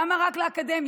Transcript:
למה רק לאקדמיה?